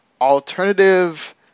alternative